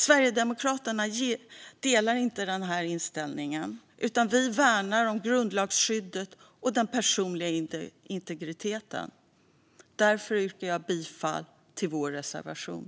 Sverigedemokraterna delar inte denna inställning utan värnar om grundlagsskyddet och den personliga integriteten. Därför yrkar jag bifall till vår reservation.